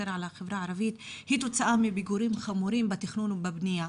על החברה הערבית זה תוצאה מפיגורים חמורים בתכנון ובבנייה,